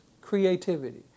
creativity